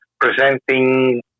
presenting